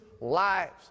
lives